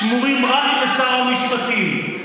שמורים רק לשר המשפטים?